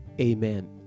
Amen